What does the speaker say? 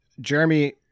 Jeremy